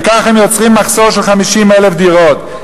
וכך הם יוצרים מחסור של 50,000 דירות,